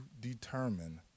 determine